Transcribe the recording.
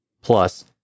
plus